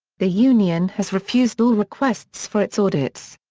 the un yeah and has refused all requests for its audits.